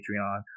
Patreon